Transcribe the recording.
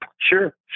Sure